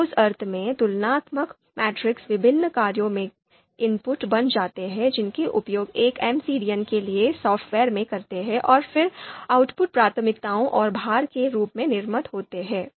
तो उस अर्थ में तुलनात्मक मैट्रिक्स विभिन्न कार्यों के लिए इनपुट बन जाते हैं जिनका उपयोग हम एमसीडीएम के लिए सॉफ्टवेयर में करते हैं और फिर आउटपुट प्राथमिकताओं और भार के रूप में निर्मित होते हैं